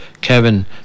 Kevin